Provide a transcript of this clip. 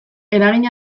eragin